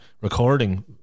recording